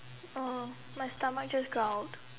oh my stomach just growled